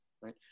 right